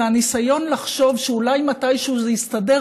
והניסיון לחשוב שאולי מתישהו זה יסתדר,